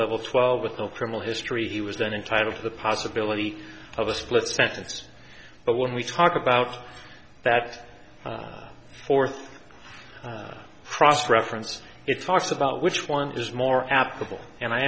level twelve with no criminal history he was then entitled to the possibility of a split sentence but when we talk about that fourth cross reference it talks about which one is more applicable and i